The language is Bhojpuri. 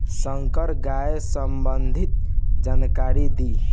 संकर गाय संबंधी जानकारी दी?